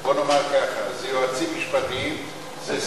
בוא נאמר כך: זה יועצים משפטיים,